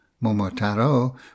Momotaro